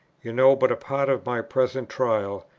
you know but a part of my present trial,